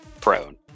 Prone